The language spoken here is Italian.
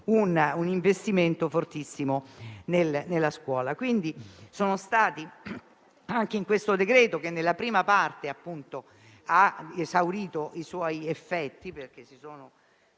un investimento fortissimo nella scuola.